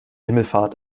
himmelfahrt